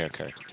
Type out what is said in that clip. Okay